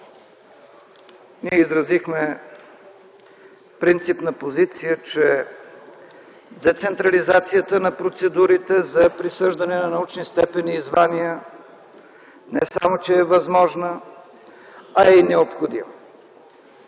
ние изразихме принципна позиция, че децентрализацията на процедурите за присъждане на научни степени и звания не само, че е възможна, а е и необходима.